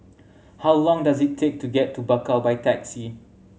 how long does it take to get to Bakau by taxi